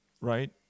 Right